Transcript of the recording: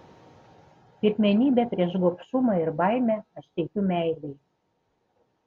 pirmenybę prieš gobšumą ir baimę aš teikiu meilei